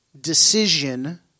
decision